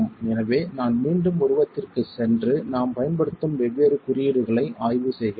எனவே நான் மீண்டும் உருவத்திற்குச் சென்று நாம் பயன்படுத்தும் வெவ்வேறு குறியீடுகளை ஆய்வு செய்கிறேன்